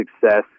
success